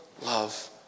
love